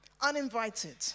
uninvited